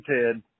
Ted